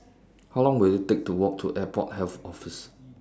How Long Will IT Take to Walk to Airport Health Office